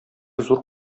зур